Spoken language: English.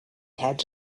had